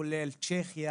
כולל צ'כיה